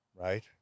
right